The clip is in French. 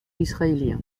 israélien